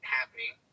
happening